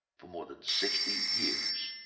for more than sixty years.